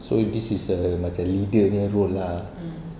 so if this is a macam leader punya role lah